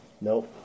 Nope